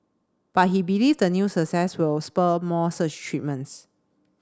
but he believes the new success will spur more such treatments